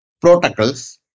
protocols